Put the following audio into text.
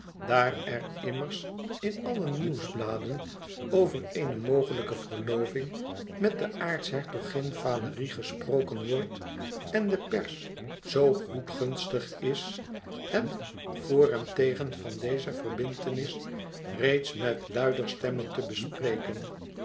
daar er immers in alle nieuwsbladen over eene mogelijke verloving met de aartshertogin valérie gesproken wordt en de pers zoo goedgunstig is het voor en tegen van deze verbintenis reeds met luider stemme te bespreken